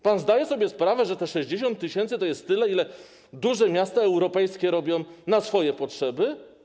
Pan zdaje sobie sprawę, że te 60 tys. to jest tyle, ile duże miasta europejskie robią na swoje potrzeby?